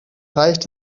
reicht